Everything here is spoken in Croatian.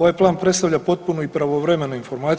Ovaj Plan predstavlja potpunu i pravovremenu